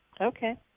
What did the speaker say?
Okay